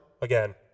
again